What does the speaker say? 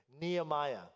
Nehemiah